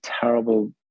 terrible